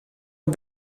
een